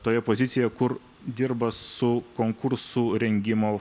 toje pozicijoje kur dirba su konkursų rengimo